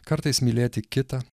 kartais mylėti kitą